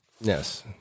Yes